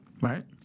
Right